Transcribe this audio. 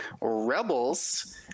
rebels